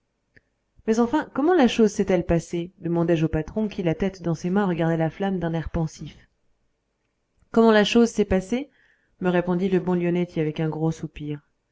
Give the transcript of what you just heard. mais enfin comment la chose s'est-elle passée demandai-je au patron qui la tête dans ses mains regardait la flamme d'un air pensif comment la chose s'est passée me répondit le bon lionetti avec un gros soupir